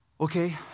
okay